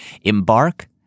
embark